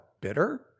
bitter